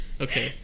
Okay